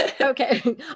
Okay